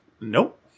nope